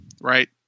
right